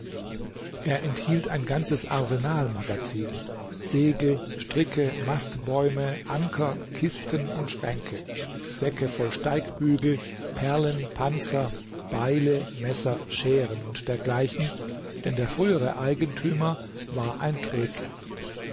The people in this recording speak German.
er enthielt ein ganzes arsenalmagazin segel stricke mastbäume anker kisten und schränke säcke voll steigbügel perlen panzer beile messer scheren und dergleichen denn der frühere eigentümer war ein trödler